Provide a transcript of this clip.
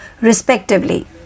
respectively